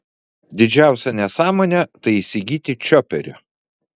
didžiausia nesąmonė tai įsigyti čioperį